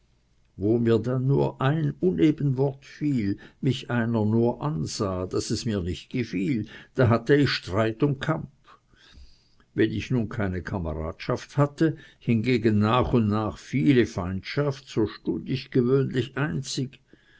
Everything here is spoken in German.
wo mir dann nur ein uneben wort fiel mich einer nur ansah daß es mir nicht gefiel da hatte ich streit und kampf weil ich nun keine kameradschaft hatte hingegen nach und nach viel feindschaft so stund ich gewöhnlich einzig